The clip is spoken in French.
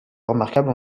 remarquables